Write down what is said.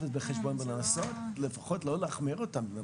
את זה בחשבון ולנסות לפחות לא להחמיר אותם.